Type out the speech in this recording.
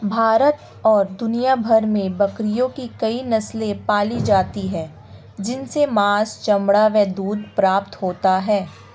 भारत और दुनिया भर में बकरियों की कई नस्ले पाली जाती हैं जिनसे मांस, चमड़ा व दूध प्राप्त होता है